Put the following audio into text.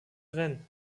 rennen